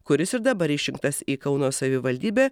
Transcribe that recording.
kuris ir dabar išrinktas į kauno savivaldybę